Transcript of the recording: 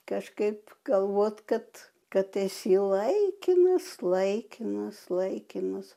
kažkaip galvot kad kad esi laikinas laikinas laikinas